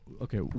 Okay